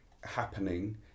happening